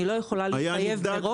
אני לא יכולה להתחייב מראש.